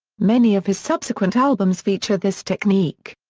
many of his subsequent albums feature this technique.